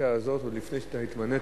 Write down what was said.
השאילתא הזאת היא עוד מלפני שאתה התמנית.